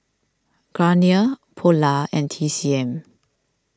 Garnier Polar and T C M